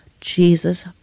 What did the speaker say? jesus